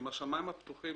עם השמים הפתוחים,